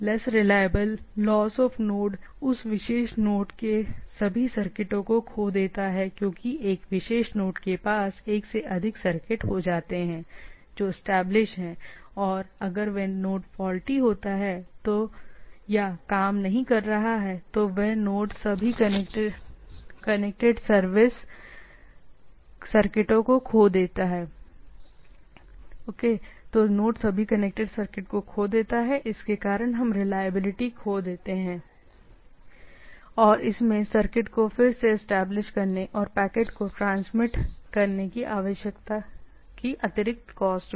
lace reliable loss of node उस विशेष node के सभी सर्किटों के रूप में खो देता है और क्योंकि एक विशेष नोड में एक से अधिक सर्किट हो सकते हैं जो एस्टेब्लिश हैऔर अगर वह विशेष नोड फॉल्टी है या काम नहीं कर रहा है तो नोड के सभी सर्किट खो जाते हैं यह न केवल रिलायबिलिटी के लिए जाता है इसमें सर्किट को फिर से एस्टेब्लिश करने और चीजों को ट्रांसमिट करने की अतिरिक्त कॉस्ट भी है